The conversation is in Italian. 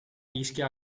ischia